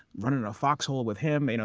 run in a foxhole with him. you know